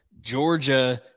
Georgia –